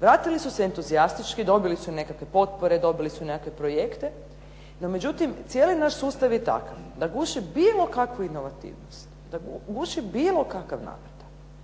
Vratili su se entuzijastički, dobili su nekakve potpore, dobili su nekakve projekte. No međutim, cijeli naš sustav je takav da guši bilo kakvu inovativnost, da guši bilo kakav napredak